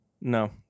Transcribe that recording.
No